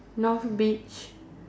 north beach